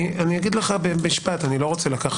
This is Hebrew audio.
במשפט אומר לך,